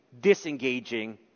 disengaging